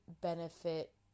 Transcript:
benefit